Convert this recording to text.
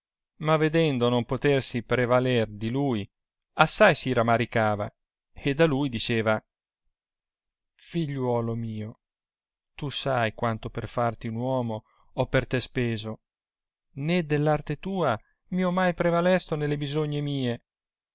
ma vedendo non potersi prevaler di lui assai si ramaricava oda lui diceva figliuolo mio tu sai quanto per farti un uomo ho per te speso né dell'arte tua mi ho mai prevalesto nelle bisogne mie